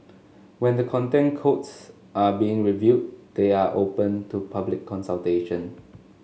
when the Content Codes are being reviewed they are open to public consultation